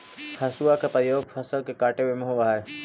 हसुआ के प्रयोग फसल के काटे में होवऽ हई